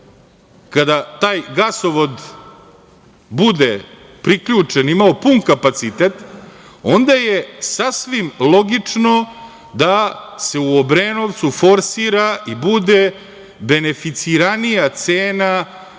kada taj gasovod bude priključen i imao pun kapacitet, onda je sasvim logično da se u Obrenovcu forsira i bude beneficiranija cena